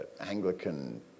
Anglican